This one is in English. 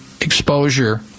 exposure